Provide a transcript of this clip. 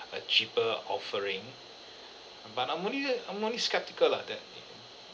a cheaper offering but I'm only I'm only skeptical lah that